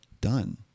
done